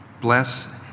Bless